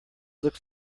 looks